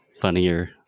funnier